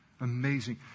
Amazing